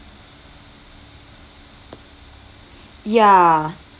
ya